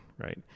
right